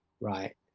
right